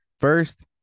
first